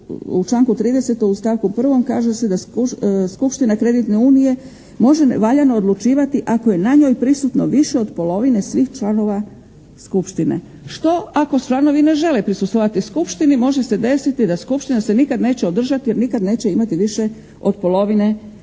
u članku 30. u stavku prvom kaže se da skupština kreditne unije može valjano odlučivati ako je na njoj prisutno više od polovine svih članova skupštine. Što ako članovi ne žele prisustvovati skupštini? Može se desiti da skupština se nikad neće održati jer nikad neće imati više od polovine svojih